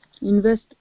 invest